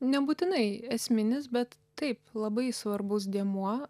nebūtinai esminis bet taip labai svarbus dėmuo